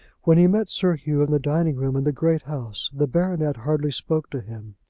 when he met sir hugh in the dining-room in the great house the baronet hardly spoke to him.